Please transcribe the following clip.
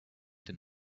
den